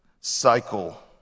cycle